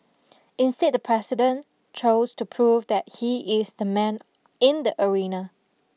instead the president chose to prove that he is the man in the arena